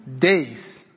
days